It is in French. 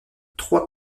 trois